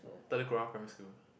Telok Kurau primary school